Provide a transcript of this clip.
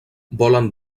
volen